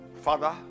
Father